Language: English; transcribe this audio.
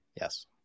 Yes